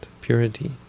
purity